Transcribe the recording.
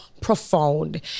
profound